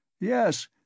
Yes